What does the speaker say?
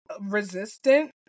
resistant